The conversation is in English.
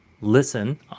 listen